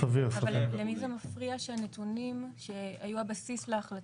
אבל למי זה מפריע שהנתונים שהיו הבסיס להחלטה.